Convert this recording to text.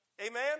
Amen